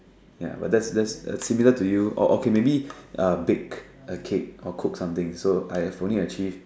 ya but that that's similar to you oh okay maybe uh bake a cake or cook something so I have only achieve